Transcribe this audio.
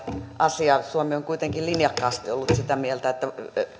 asia suomi on kuitenkin linjakkaasti ollut sitä mieltä että